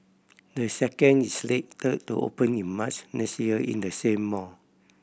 the second is slated to open in March next year in the same mall